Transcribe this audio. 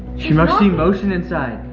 she must see motion inside.